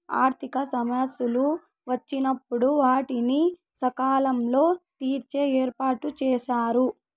ఆర్థిక సమస్యలు వచ్చినప్పుడు వాటిని సకాలంలో తీర్చే ఏర్పాటుచేశారు